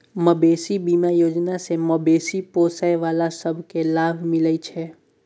मबेशी बीमा योजना सँ मबेशी पोसय बला सब केँ लाभ मिलइ छै